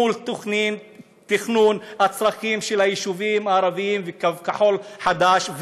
מול תכנון הצרכים של היישובים הערביים וקו כחול חדש.